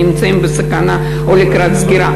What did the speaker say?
נמצאים בסכנה או לקראת סגירה.